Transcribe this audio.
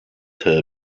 tub